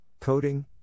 coding